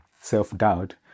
self-doubt